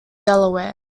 delaware